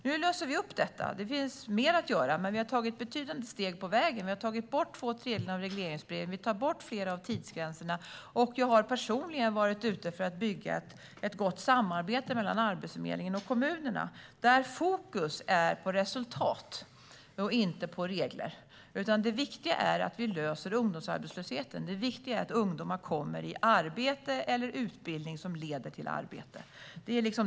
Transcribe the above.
Nu löser vi upp det. Det finns mer att göra, men vi har tagit betydande steg på vägen. Vi har tagit bort två tredjedelar av regleringsbreven, vi tar bort flera av tidsgränserna och jag har personligen varit ute för att bygga upp ett gott samarbete mellan Arbetsförmedlingen och kommunerna, där fokus är på resultat och inte på regler. Det viktiga är att vi löser ungdomsarbetslösheten. Det viktiga är att ungdomar kommer i arbete eller i utbildning som leder till arbete.